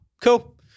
cool